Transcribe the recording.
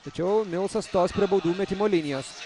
tačiau milsas stos prie baudų metimo linijos